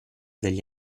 degli